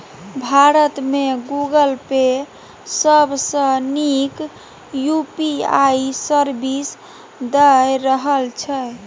भारत मे Google Pay सबसँ नीक यु.पी.आइ सर्विस दए रहल छै